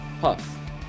Puffs